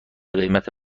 قیمت